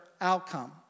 outcome